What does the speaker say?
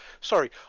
sorry